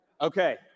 Okay